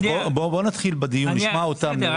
כבוד יושב הראש, בוא נתחיל בדיון, נשמע אותם.